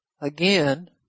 again